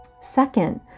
Second